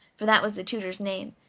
for that was the tutor's name,